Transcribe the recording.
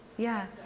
yeah.